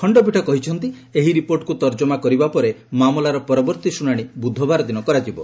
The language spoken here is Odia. ଖଣ୍ଡପୀଠ କହିଛନ୍ତି ଏହି ରିପୋର୍ଟକୃ ତର୍ଜମା କରିବା ପରେ ମାମଲାର ପରବର୍ତ୍ତୀ ଶୁଣାଣି ବୁଧବାର ଦିନ କରାଯିବ